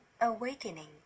awakening